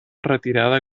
retirada